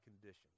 conditions